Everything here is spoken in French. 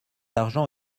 argent